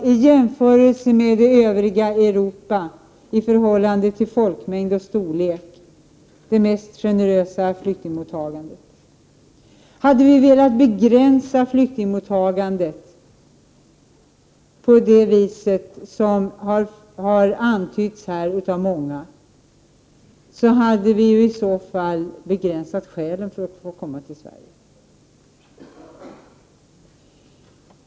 Vi har i jämförelse med övriga länder i Europa med hänsyn till folkmängd och storlek det mest generösa flyktingmottagandet. Hade vi velat begränsa flyktingmottagandet på det sätt som här antytts av många, skulle vi i så fall ha begränsat antalet skäl för att få komma till Sverige.